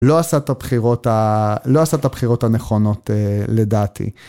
לא עשה את הבחירות הנכונות לדעתי.